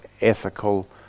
ethical